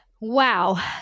Wow